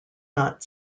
not